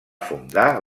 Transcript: fundar